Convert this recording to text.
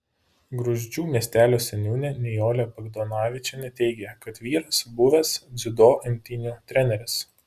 gruzdžių miestelio seniūnė nijolė bagdonavičienė teigė kad vyras buvęs dziudo imtynių treneris